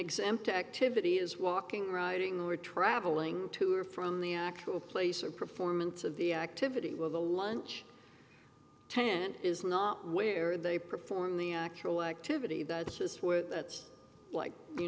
exempt activity is walking riding were travelling to or from the actual place or performance of the activity while the lunch tan is not where they perform the actual activity that's just where that's like you